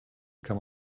kann